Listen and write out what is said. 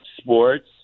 sports